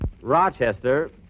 Rochester